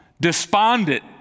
despondent